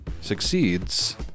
succeeds